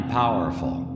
powerful